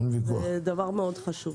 זה דבר מאוד חשוב.